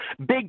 big